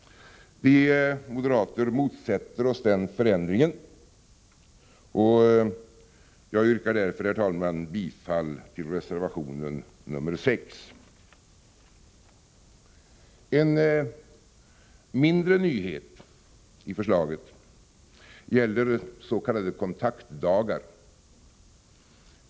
Vi moderater motsätter oss denna förändring. Jag yrkar därför, herr talman, bifall till reservation 6. En mindre nyhet i förslaget gäller s.k. kontaktdagar.